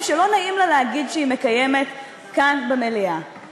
שלא נעים לה להגיד כאן במליאה שהיא מקיימת אותם.